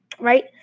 right